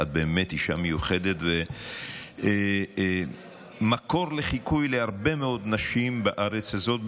את באמת אישה מיוחדת ומקור לחיקוי להרבה מאוד נשים בארץ הזאת,